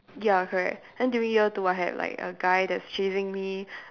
ya correct then during year two I had like a guy that's chasing me